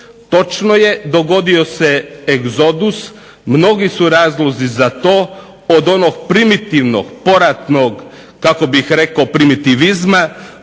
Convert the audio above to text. Točno je dogodio se egzodus, mnogi su razlozi za to, od onoga primitivnog poratnog primitivizma,